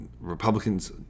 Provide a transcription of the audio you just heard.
Republicans